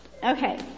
Okay